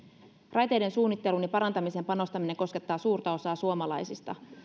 raiteiden suunnitteluun ja parantamiseen panostaminen koskettaa suurta osaa suomalaisista